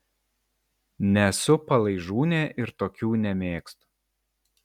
nesu palaižūnė ir tokių nemėgstu